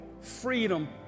freedom